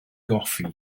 goffi